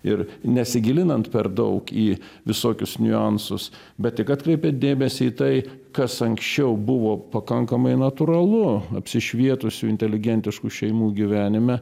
ir nesigilinant per daug į visokius niuansus bet tik atkreipiant dėmesį į tai kas anksčiau buvo pakankamai natūralu apsišvietusių inteligentiškų šeimų gyvenime